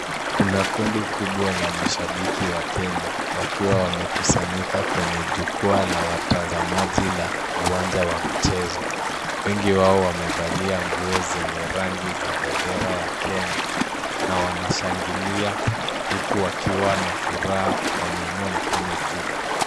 Kuna kundi kubwa la mashabiki wa Kenya, wakiwa wamekusanyika kwenye jukwa la watazamaji la uwanja wa michezo, wengi wao wamevalia nguo zenye rangi ya bendera ya Kenya na wanashangilia huku wakiwa na furaha, wameinua mikono juu.